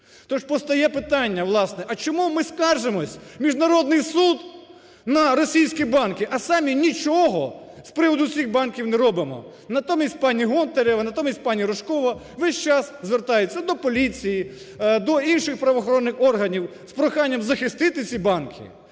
Тож постає питання, власне, а чому ми скаржимося в міжнародний суд на російські банки, а самі нічого з приводу цих банків не робимо? Натомість пані Гонтарева, натомість пані Рожкова весь час звертаються до поліції, до інших правоохоронних органів з проханням захистити ці банки,